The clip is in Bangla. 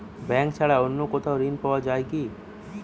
ব্যাঙ্ক ছাড়া অন্য কোথাও ঋণ পাওয়া যায় কি?